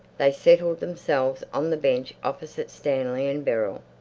they settled themselves on the bench opposite stanley and beryl.